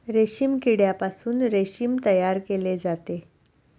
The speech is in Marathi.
रेशीम किड्यापासून रेशीम तयार केले जाते